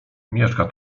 mieszka